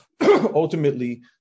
ultimately